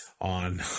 on